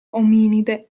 ominide